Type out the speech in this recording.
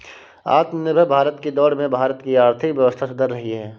आत्मनिर्भर भारत की दौड़ में भारत की आर्थिक व्यवस्था सुधर रही है